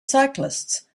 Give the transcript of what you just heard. cyclists